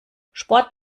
sport